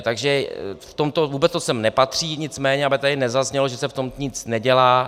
Takže v tomto vůbec to sem nepatří, nicméně aby tady nezaznělo, že se v tom nic nedělá.